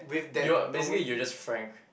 you are basically you're just frank